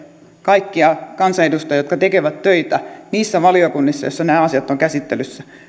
kaikkia kansanedustajia jotka tekevät töitä niissä valiokunnissa joissa nämä asiat ovat käsittelyssä